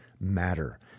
matter